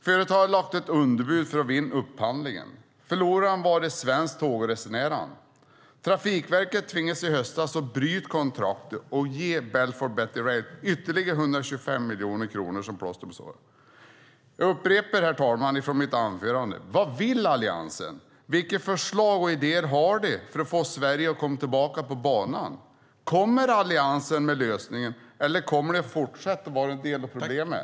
Företaget hade lagt ett underbud för att vinna upphandlingen. Förlorarna var de svenska tågresenärerna. Trafikverket tvingades i höstas bryta kontraktet och ge Balfour Beatty Rail ytterligare 125 miljoner kronor som plåster på såren. Jag upprepar, herr talman, från mitt anförande: Vad vill Alliansen? Vilka förslag och idéer har de för att få Sverige att komma tillbaka på banan? Kommer Alliansen med lösningen, eller kommer den fortsatt att vara en del av problemet?